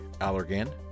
Allergan